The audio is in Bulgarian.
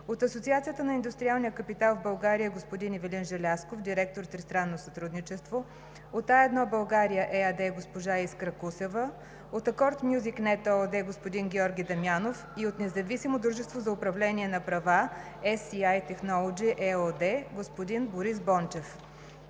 от „Асоциацията на Индустриалния капитал в България“ – господин Ивелин Желязков – директор „Тристранно сътрудничество“; от „А1 България“ ЕАД – госпожа Искра Кусева; от „Акорд Мюзик Нет“ ООД – господин Георги Дамянов, и от Независимо дружество за управление на права „Ес Си Ай Технолоджи“ ЕООД – господин Борис Бончев.